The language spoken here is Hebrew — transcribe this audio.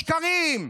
שקרים.